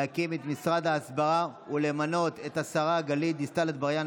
להקים את משרד ההסברה ולמנות את השרה גלית דיסטל אטבריאן,